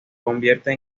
convierte